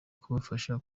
kubafasha